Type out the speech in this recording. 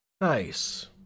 nice